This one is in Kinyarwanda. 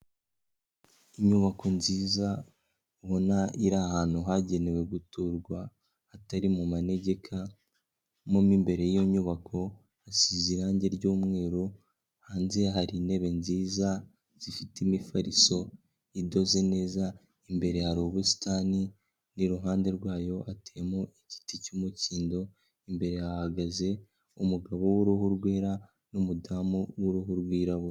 Inyubako nziza, ubona iri ahantu hagenewe guturwa, hatari mu manegeka, mu imbere y'iyo nyubako, asize irangi ry'umweru, hanze hari intebe nziza, zifite imifariso, idoze neza, imbere hari ubusitani, n'iruhande rwayo atemo igiti cy'umukindo, imbere hahagaze umugabo w'uruhu rwera, n'umudamu w'uruhu rwirabura.